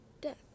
death